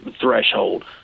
threshold